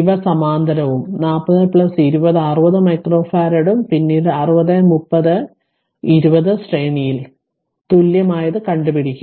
ഇവ സമാന്തരവും 40 20 60 മൈക്രോഫറാഡും പിന്നീട് 60 30 ഉം 20 ഉം ശ്രേണിയിലാണ് അതിനർത്ഥം തുല്യമായത് കണ്ടു പിടിക്കുക